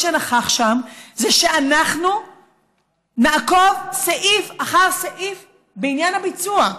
שנכח שם זה שאנחנו נעקוב סעיף אחר סעיף בעניין הביצוע,